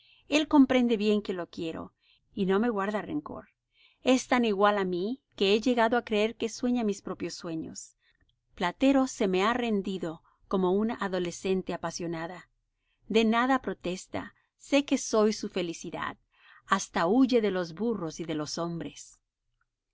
él comprende bien que lo quiero y no me guarda rencor es tan igual á mí que he llegado á creer que sueña mis propios sueños platero se me ha rendido como una adolescente apasionada de nada protesta sé que soy su felicidad hasta huye de los burros y de los hombres